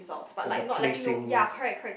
but the placings